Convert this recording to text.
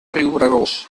riubregós